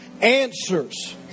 answers